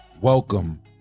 welcome